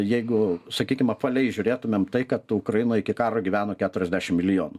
jeigu sakykim apvaliai žiūrėtumėm tai kad ukrainoj iki karo gyveno keturiasdešimt milijonų